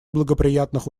благоприятных